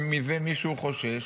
שמזה מישהו חושש,